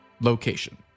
location